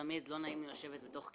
לא נעים לי לשבת בתוך כיתה,